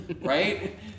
right